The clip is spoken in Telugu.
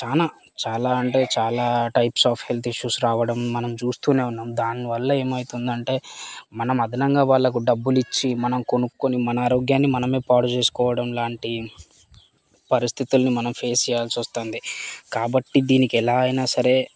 చాలా చాలా అంటే చాలా టైప్స్ ఆఫ్ హెల్త్ ఇష్యూస్ రావడం మనం చూస్తూనే ఉన్నాం దానివల్ల ఏమయితుందంటే మనం అదనంగా వాళ్ళకు డబ్బులిచ్చి మనం కొనుక్కుని మన ఆరోగ్యాన్ని మనమే పాడుచేసుకోవడం లాంటి పరిస్థితుల్ని మనం ఫేస్ చేయాల్సి వస్తుంది కాబట్టి దీనికి ఎలా అయినా సరే